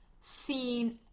seen